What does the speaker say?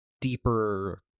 deeper